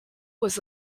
was